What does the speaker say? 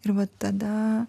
ir vat tada